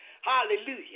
Hallelujah